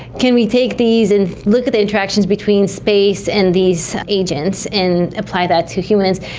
can we take these and look at the interactions between space and these agents and apply that to humans?